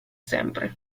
sempre